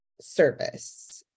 service